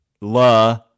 La